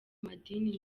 madini